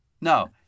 No